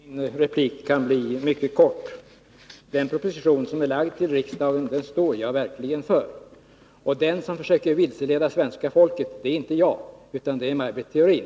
Fru talman! Min replik kan bli mycket kort. Jag står verkligen för den proposition som är lagd till riksdagen. Och den som försöker vilseleda svenska folket är inte jag utan Maj Britt Theorin.